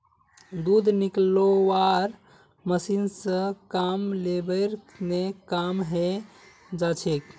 दूध निकलौव्वार मशीन स कम लेबर ने काम हैं जाछेक